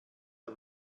der